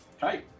Hi